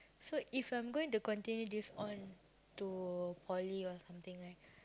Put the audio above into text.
so if I'm going to continue this on to poly or something right